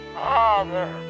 father